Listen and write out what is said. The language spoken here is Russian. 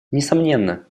несомненно